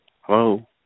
Hello